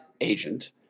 agent